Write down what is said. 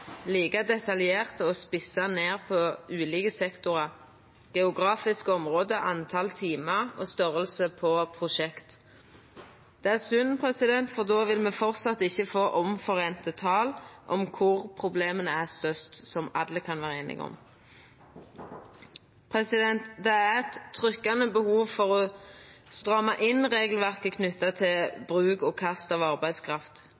like detaljerte og spissa ned på ulike sektorar, geografiske område, timetal og størrelse på prosjekta. Det er synd, for då vil me framleis ikkje få avtalte tal på kvar problema er størst, og som alle kan vera einige om. Det er eit trykkjande behov for å stramma inn regelverket knytt til bruk og kast av arbeidskraft.